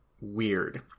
weird